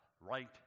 right